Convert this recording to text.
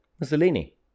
Mussolini